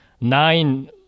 nine